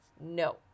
no